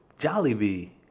Jollibee